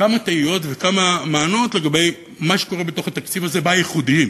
כמה תהיות וכמה מענות לגבי מה שקורה בתוך התקציב הזה בייחודיים,